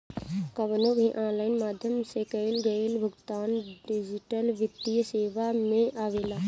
कवनो भी ऑनलाइन माध्यम से कईल गईल भुगतान डिजिटल वित्तीय सेवा में आवेला